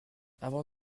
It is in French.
avant